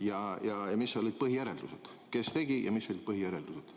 ja mis olid põhijäreldused? Kes tegi ja mis olid põhijäreldused?